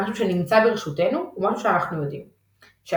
משהו שנמצא ברשותנו ומשהו שאנו יודעים.